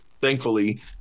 thankfully